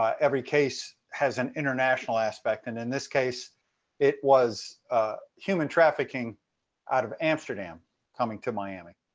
ah every case has an international aspect and in this case it was human trafficking out of amsterdam coming to miami.